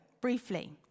briefly